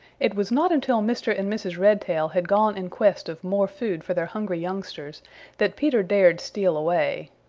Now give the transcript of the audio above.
it was not until mr. and mrs. redtail had gone in quest of more food for their hungry youngsters that peter dared steal away.